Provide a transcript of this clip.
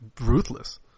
ruthless